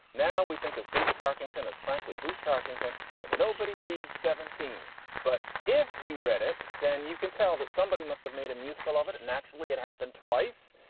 now we think of booth tarkington. it's frankly, booth tarkington and nobody reads seventeen. but if you read it, then you can tell that somebody must have made a musical of it. and actually, it happened twice.